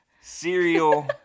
Cereal